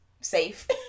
safe